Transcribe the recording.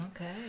okay